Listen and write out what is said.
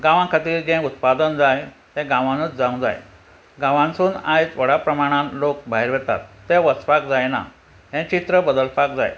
गांवां खातीर जें उत्पादन जाय तें गांवांनूच जावंक जाय गांवांतसून आयज व्हडा प्रमाणान लोक भायर वतात ते वचपाक जायना हें चित्र बदलपाक जाय